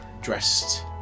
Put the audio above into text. dressed